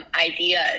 ideas